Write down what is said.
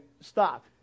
stop